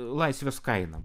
laisvės kaina